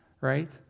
right